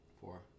Four